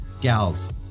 gals